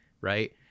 right